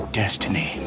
destiny